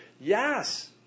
yes